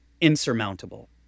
insurmountable